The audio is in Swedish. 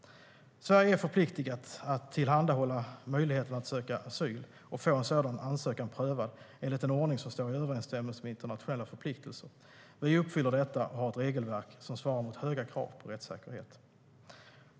Sverige är förpliktat att tillhandahålla möjligheten att söka asyl och få en sådan ansökan prövad enligt en ordning som står i överensstämmelse med internationella förpliktelser. Vi uppfyller detta och har ett regelverk som svarar mot höga krav på rättssäkerhet.